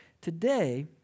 today